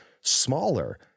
smaller